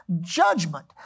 judgment